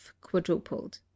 quadrupled